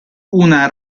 una